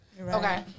Okay